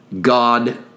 God